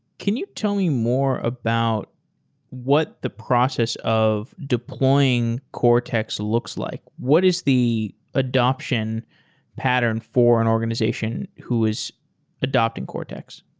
can you tell me more about what the process of deploying cortex looks like? what is the adaption pattern for an organization who is adopting cortex?